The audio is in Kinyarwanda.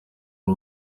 ari